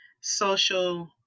social